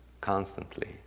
constantly